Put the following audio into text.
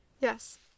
Yes